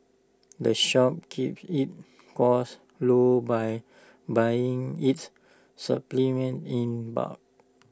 the shop keeps its costs low by buying its supplement in bulk